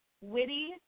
Witty